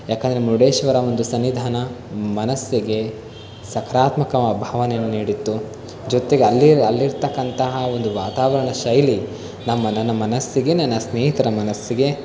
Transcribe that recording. ಯಾಕಂದರೆ ಮುರುಡೇಶ್ವರ ಒಂದು ಸನ್ನಿಧಾನ ಮನಸ್ಸಿಗೆ ಸಕಾರಾತ್ಮಕ ಭಾವನೆಯನ್ನು ನೀಡಿತ್ತು ಜೊತೆಗೆ ಅಲ್ಲಿ ಅಲ್ಲಿರತಕ್ಕಂತಹ ಒಂದು ವಾತಾವರಣದ ಶೈಲಿ ನಮ್ಮ ನನ್ನ ಮನಸ್ಸಿಗೆ ನನ್ನ ಸ್ನೇಹಿತರ ಮನಸ್ಸಿಗೆ